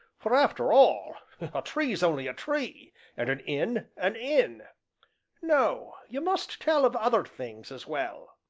for after all a tree's only a tree and an inn, an inn no, you must tell of other things as well.